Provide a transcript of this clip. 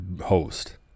host